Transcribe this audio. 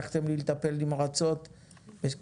נעשתה פה עבודה יסודית של מאות שעות דיונים ואנחנו